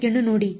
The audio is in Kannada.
ಸರಿ ಸರಿ